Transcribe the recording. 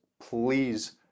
please